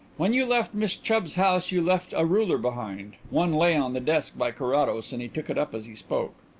when you left miss chubb's house you left a ruler behind. one lay on the desk by carrados and he took it up as he spoke.